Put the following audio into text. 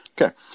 Okay